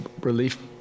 relief